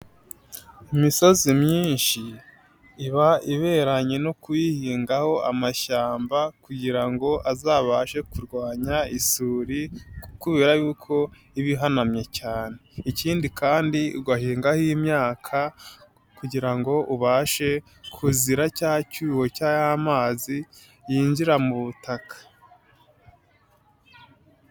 Imisozi myinshi iba iberanye no kuyihingaho amashyamba kugira ngo azabashe kurwanya isuri kubera yuko iba ihanamye cyane. Ikindi kandi ugahingaho imyaka kugira ngo ubashe kuzira cya cyuho cya y'amazi yinjira mu butaka.